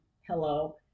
hello